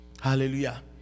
Hallelujah